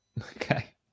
Okay